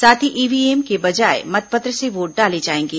साथ ही ईव्हीएम के बजाय मतपत्र से वोट डाले जाएंगे